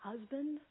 Husband